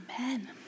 Amen